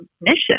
mission